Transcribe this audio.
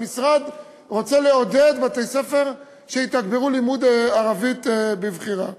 המשרד רוצה לעודד בתי-ספר לתגבר לימוד ערבית בבחירה.